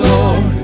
Lord